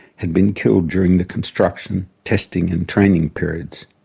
had been killed during the construction, testing and training periods.